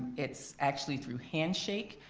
it's actually through handshake,